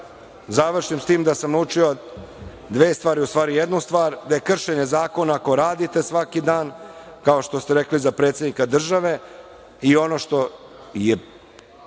završim sa tim da sam naučio dve stvari. U stvari jednu stvar, a to je da je kršenje zakona ako radite svaki dan kao što ste rekli za predsednika države i ono što je